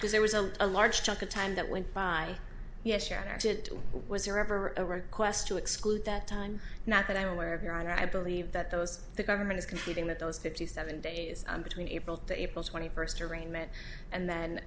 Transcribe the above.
because there was a a large chunk of time that went by yes your action was there ever a request to exclude that time not that i'm aware of your honor i believe that those the government is conceding that those fifty seven days between april to april twenty first arraignment and then